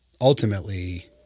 ultimately